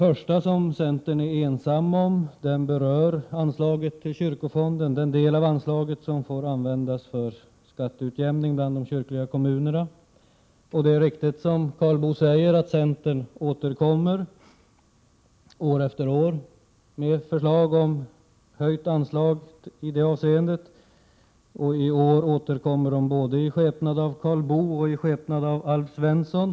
Reservation 1, som centern är ensam om, berör den del av anslaget till kyrkofonden som får användas för skatteutjämning mellan de kyrkliga kommunerna. Det är riktigt, som Karl Boo sade, att centern återkommer år efter år med förslag om höjt anslag i det avseendet. I år återkommer centern både i skepnad av Karl Boo och i skepnad av Alf Svensson.